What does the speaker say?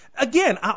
again